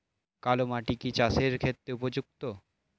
কালো মাটি কি চাষের ক্ষেত্রে উপযুক্ত?